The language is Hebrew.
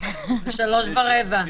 ב-15:15.